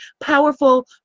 powerful